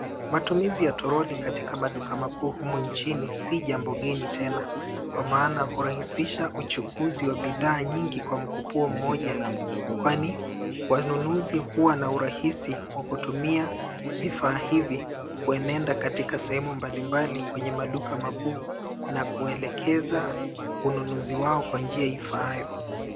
Matumizi ya toroli katika maduka makuu humu nchini, si jambo geni tena, kwa maana hurahisisha uchukuzi wa bidhaa nyingi kwa mkupuo mmoja, kwani wananunuzi huwa na urahisi wa kutumia vifaa hivi kuenda katika sehemu mbalimbali kwenye maduka makuu na kuelekeza ununuzi wao kwa njia ifaayo.